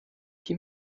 die